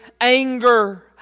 anger